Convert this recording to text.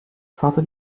falta